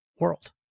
world